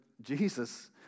Jesus